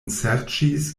serĉis